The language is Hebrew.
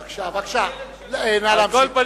בבקשה, נא להמשיך.